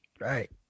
Right